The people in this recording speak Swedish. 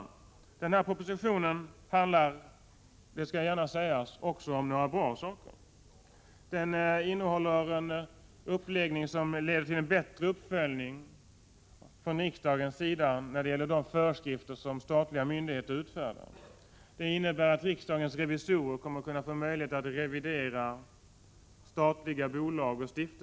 I den här propositionen, det skall jag gärna säga, tas även en del bra saker upp. Propositionen innehåller en uppläggning som leder till en bättre uppföljning från riksdagens sida när det gäller de föreskrifter som statliga myndigheter utför. Det innebär att riksdagens revisorer kommer att | få möjlighet att revidera statliga bolag och stiftelser.